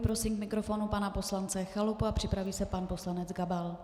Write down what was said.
Prosím k mikrofonu pana poslance Chalupu a připraví se pan poslanec Gabal.